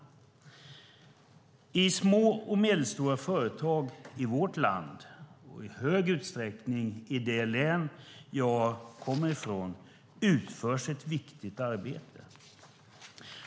I små och medelstora företag i vårt land och i stor utsträckning i det län jag kommer ifrån utförs ett viktigt arbete.